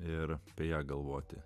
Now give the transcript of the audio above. ir apie ją galvoti